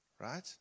Right